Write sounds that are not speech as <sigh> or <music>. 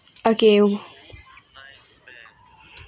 okay <noise>